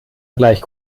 gleich